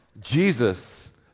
Jesus